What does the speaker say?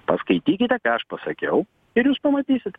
paskaitykite ką aš pasakiau ir jūs pamatysit